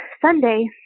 Sunday